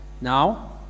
now